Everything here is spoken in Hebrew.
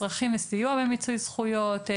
צרכים וסיוע במיצוי זכויות,